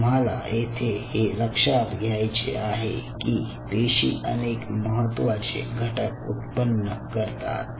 तुम्हाला येथे हे लक्षात घ्यायचे आहे की पेशी अनेक महत्त्वाचे घटक उत्पन्न करतात